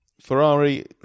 Ferrari